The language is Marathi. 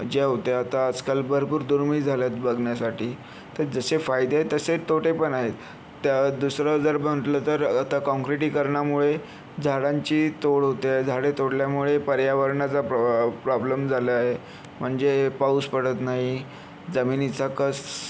ज्या होत्या त्या आजकाल भरपूर दुर्मिळ झाल्या आहेत बघण्यासाठी तर जसे फायदे आहेत तसे तोटे पण आहेत त्या दुसरं जर म्हटलं तर आता काँक्रिटीकरणामुळे झाडांची तोड होते आहे झाडे तोडल्यामुळे पर्यावरणचा प्रॉ प्रॉब्लेम झाला आहे म्हणजे पाऊस पडत नाही जमिनीचा कस